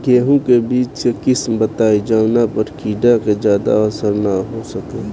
गेहूं के बीज के किस्म बताई जवना पर कीड़ा के ज्यादा असर न हो सके?